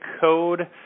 code